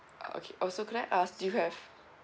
okay also could I ask do you have